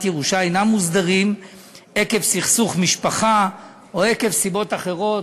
ירושה אינן מוסדרות עקב סכסוך משפחה או עקב סיבות אחרות,